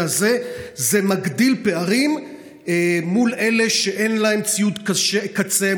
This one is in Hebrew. הזה הסתבר שזה מגדיל פערים מול אלה שאין להם ציוד קצה,